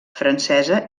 francesa